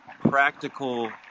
practical